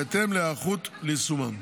בהתאם להיערכות ליישומן.